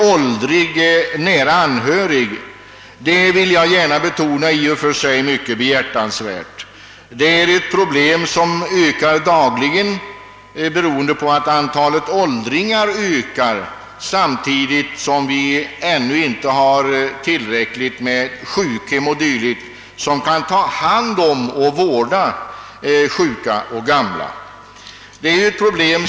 åldrig nära anhörig är i och för sig — det vill jag gärna betona mycket behjärtansvärt. Det gäller här ett problem som dagligen blir allt större, beroende på att antalet åldringar ökar samtidigt som vi ännu inte har tillräckligt med sjukhem, som kan ta hand om och vårda sjuka och gamla.